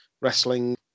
wrestling